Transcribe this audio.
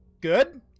good